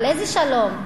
על איזה שלום?